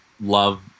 love